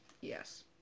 Yes